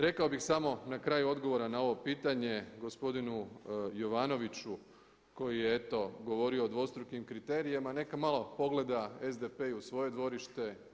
Rekao bih samo na kraju odgovora na ovo pitanje gospodinu Jovanoviću koji je eto govorio o dvostrukim kriterijima, neka malo pogleda SDP i u svoje dvorište.